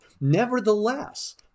nevertheless